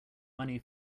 money